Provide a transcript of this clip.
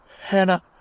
Hannah